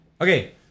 Okay